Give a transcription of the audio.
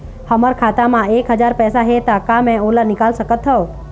हमर खाता मा एक हजार पैसा हे ता का मैं ओला निकाल सकथव?